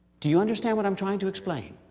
do you understand what i'm trying to explain?